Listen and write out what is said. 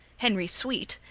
henry sweet,